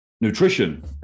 nutrition